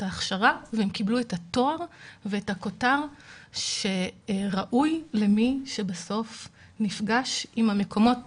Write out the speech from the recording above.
ההכשרה והם קיבלו את התואר ואת הכותר שראוי למי שבסוף נפגש עם המקומות